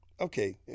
Okay